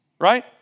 right